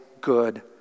good